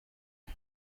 jye